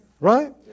Right